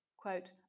Quote